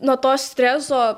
nuo to streso